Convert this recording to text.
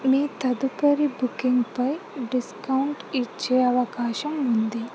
మీ తదుపరి బుకింగ్ పై డిస్కౌంట్ ఇచ్చే అవకాశం ఉంది